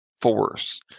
force